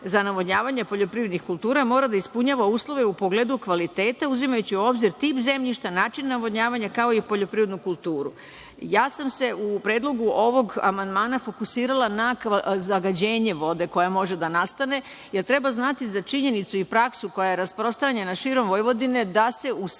za navodnjavanje poljoprivrednih kultura, mora da ispunjava uslove u pogledu kvaliteta uzimajući u obzir tip zemljišta, način navodnjavanja, kao i poljoprivrednu kulturu. Ja sam se u predlogu ovog amandmana fokusirala na zagađenje vode koja može da nastane, jer treba znati za činjenicu i praksu koja je rasprostranjena širom Vojvodine, da se u